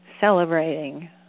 celebrating